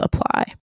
apply